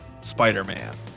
Spider-Man